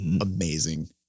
amazing